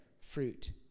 fruit